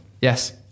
Yes